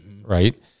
Right